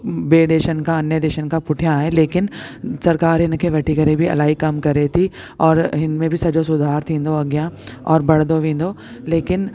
ॿे देशनि खां अन्य देशनि खां पुठियां आहे लेकिन सरकार हिनखे वठी करे बि इलाही कम करे थी और हिन में बि सॼो सुधार थींदो अॻियां और वधंदो वेंदो लेकिन